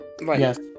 Yes